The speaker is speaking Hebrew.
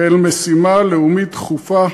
כאל משימה לאומית דחופה,